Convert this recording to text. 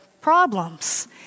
problems